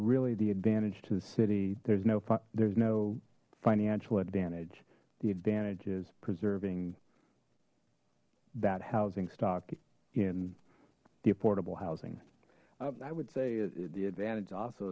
really the advantage to the city there's no fun there's no financial advantage the advantage is preserving that housing stock in the affordable housing i would say the advantage also